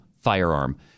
firearm